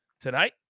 tonight